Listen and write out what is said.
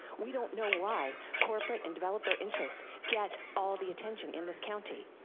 we don't know why corporate and developer interests get all the attention in this county.